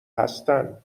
هستن